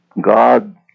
God